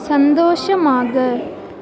சந்தோஷமாக